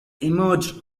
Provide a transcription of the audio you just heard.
emerged